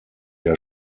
der